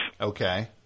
Okay